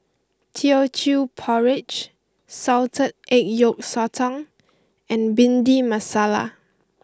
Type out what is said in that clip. Teochew Porridge Salted Egg Yolk Sotong and Bhindi Masala